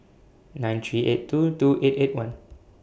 nine three eight two two eight eight one